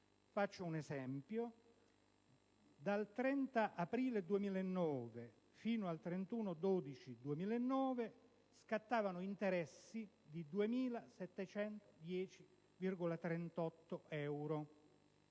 Faccio un esempio: dal 30 aprile 2009 fino al 31 dicembre 2009 scattavano interessi di 2.710,38 euro.